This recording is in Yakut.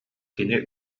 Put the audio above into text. кини